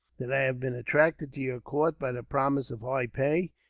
that i have been attracted to your court by the promise of high pay,